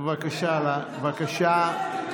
בבקשה, בבקשה.